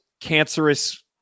cancerous